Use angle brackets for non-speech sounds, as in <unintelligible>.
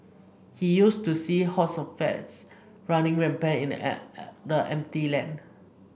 he used to see hordes of rats running rampant <unintelligible> in the empty land